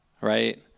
right